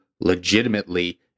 legitimately